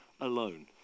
alone